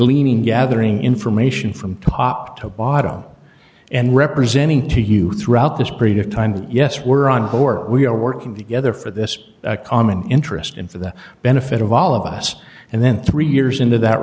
gleaning gathering information from top to bottom and representing to you throughout this period of time that yes we're on we're working together for this common interest in for the benefit of all of us and then three years into that